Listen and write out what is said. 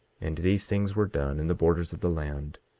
and these things were done in the borders of the land,